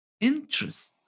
interest